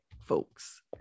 folks